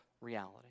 reality